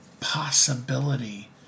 possibility